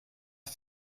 sie